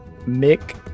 Mick